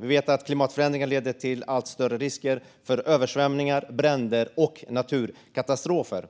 Vi vet att klimatförändringar leder till allt större risker för översvämningar, bränder och naturkatastrofer.